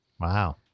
Wow